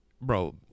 Bro